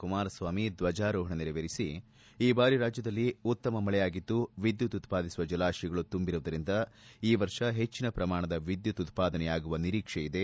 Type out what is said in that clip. ಕುಮಾರಸ್ವಾಮಿ ದ್ವಜಾರೋಹಣ ನೆರವೇರಿಸಿ ಈ ಬಾರಿ ರಾಜ್ಯದಲ್ಲಿ ಉತ್ತಮ ಮಳೆಯಾಗಿದ್ದು ವಿದ್ಯುತ್ ಉತ್ಪಾದಿಸುವ ಜಲಾಶಯಗಳು ತುಂಬಿರುವುದರಿಂದ ಈ ವರ್ಷ ಹೆಚ್ಚಿನ ಪ್ರಮಾಣದ ವಿದ್ಯುತ್ ಉತ್ಪಾದನೆಯಾಗುವ ನಿರೀಕ್ಷೆ ಇದೆ